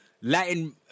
Latin